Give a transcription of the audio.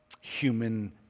human